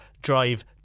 drive